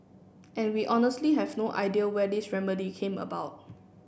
and we honestly have no idea where this remedy came about